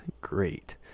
great